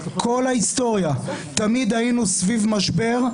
תמיד היינו סביב משבר,